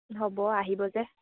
হ'ব আহিব যে